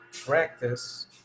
practice